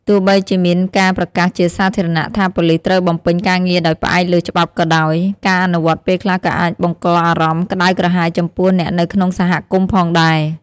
ទោះបីជាមានការប្រកាសជាសាធារណៈថាប៉ូលីសត្រូវបំពេញការងារដោយផ្អែកលើច្បាប់ក៏ដោយ ការអនុវត្តន៍ពេលខ្លះក៏អាចបង្កអារម្មណ៍ក្ដៅក្រហាយចំពោះអ្នកនៅក្នុងសហគមន៍ផងដែរ។